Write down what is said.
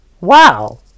wow